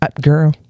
girl